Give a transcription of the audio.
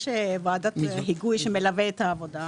יש ועדת היגוי שמלווה את העבודה.